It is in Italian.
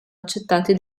accettati